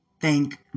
Thank